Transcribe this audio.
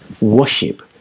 worship